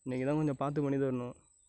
நீங்கள் தான் கொஞ்சம் பார்த்து பண்ணித் தரணும்